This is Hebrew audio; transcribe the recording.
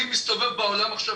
אני מסתובב בעולם עכשיו,